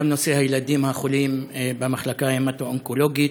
גם נושא הילדים החולים במחלקה ההמטו-אונקולוגית.